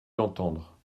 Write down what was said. l’entendre